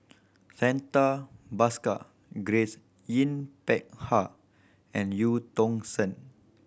Santha Bhaskar Grace Yin Peck Ha and Eu Tong Sen